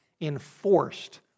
enforced